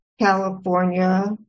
California